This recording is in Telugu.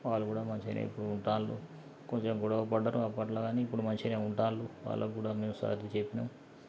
వాళ్ళు కూడా మంచిగానే ఇప్పుడు ఉంటాండ్రు కొంచెం గొడవలు పడ్డారు అప్పట్లో గానీ ఇప్పుడు మంచిగానే ఉంటాండ్రు వాళ్ళకు కూడా మేము సర్ది చెప్పినం